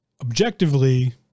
Objectively